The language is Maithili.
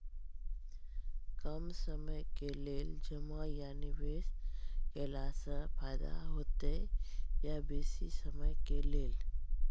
कम समय के लेल जमा या निवेश केलासॅ फायदा हेते या बेसी समय के लेल?